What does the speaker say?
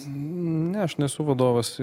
ne aš nesu vadovas